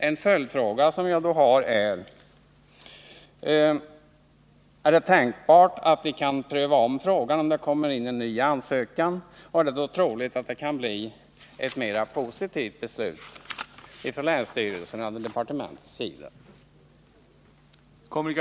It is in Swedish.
Jag har då en följdfråga: Är det tänkbart att man kan ompröva frågan om det kommer in en ny ansökan, och är det då troligt att det kan bli ett mera positivt beslut från länsstyrelsens eller departementets sida?